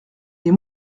les